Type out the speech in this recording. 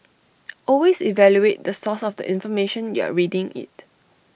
always evaluate the source of the information you're reading IT